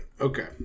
okay